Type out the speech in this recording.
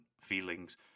feelings